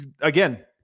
again